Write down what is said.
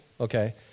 Okay